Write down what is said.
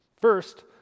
First